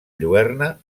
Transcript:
lluerna